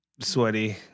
sweaty